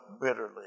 bitterly